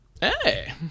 Hey